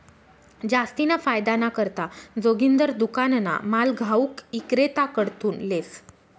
जास्तीना फायदाना करता जोगिंदर दुकानना माल घाऊक इक्रेताकडथून लेस